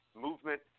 movement